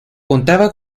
contaba